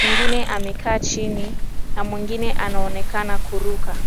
mwingine amekaa chini na mwingine anaonekana kuruka.